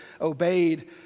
obeyed